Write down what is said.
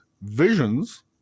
visions